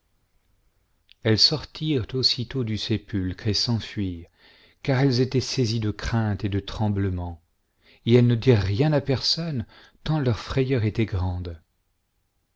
elles sortirent aussitôt du sépulcre et s'enfuirent car elles étaient saisies de crainte et de tremblement et elles ne dirent rien à personne tant leur frayeur était grande